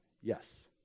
Yes